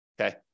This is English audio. okay